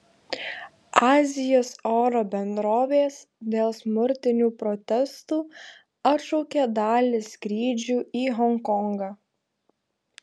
azijos oro bendrovės dėl smurtinių protestų atšaukė dalį skrydžių į honkongą